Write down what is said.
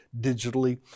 digitally